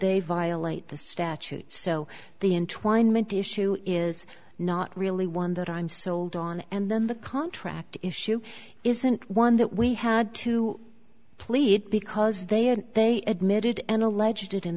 they violate the statute so the in twined ment issue is not really one that i'm sold on and then the contract issue isn't one that we had to plead because they had they admitted and alleged it in